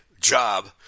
job